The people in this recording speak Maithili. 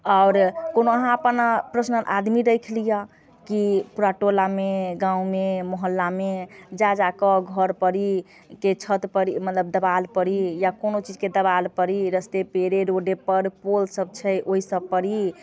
आओर अहाँ कोनो अपना पर्सनल आदमी राखि लिअऽ कि पूरा टोलामे गाममे मोहल्लामे जा जाकऽ घर परहिके छतपर मतलब देवालपरहि या कोनो चीजके देवालपरहि रस्ते पेड़े रोडेपर पोलसब छै ओहि सबपर ही